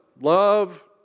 Love